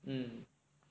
mm